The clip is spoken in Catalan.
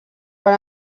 per